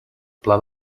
pla